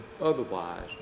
otherwise